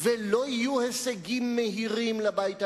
ולא יהיו הישגים מהירים לבית הלבן,